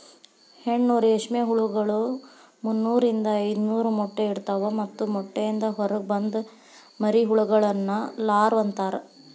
ಹೆಣ್ಣು ರೇಷ್ಮೆ ಹುಳಗಳು ಮುನ್ನೂರಿಂದ ಐದನೂರ ಮೊಟ್ಟೆ ಇಡ್ತವಾ ಮತ್ತ ಮೊಟ್ಟೆಯಿಂದ ಹೊರಗ ಬಂದ ಮರಿಹುಳಗಳನ್ನ ಲಾರ್ವ ಅಂತಾರ